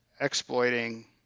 exploiting